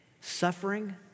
suffering